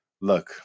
look